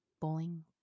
bowling